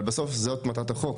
אבל בסוף זאת מטרת החוק.